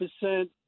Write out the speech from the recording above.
percent